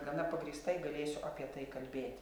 gana pagrįstai galėsiu apie tai kalbėti